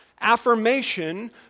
affirmation